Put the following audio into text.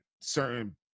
certain